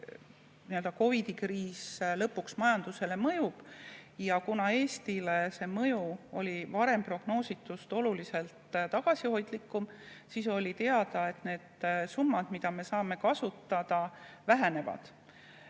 COVID-i kriis lõpuks majandusele mõjub. Kuna Eestile see mõju oli varem prognoositust oluliselt tagasihoidlikum, siis oli teada, et need summad, mida me saame kasutada, vähenevad.